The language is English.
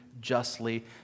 justly